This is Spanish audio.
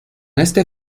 este